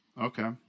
okay